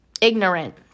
ignorant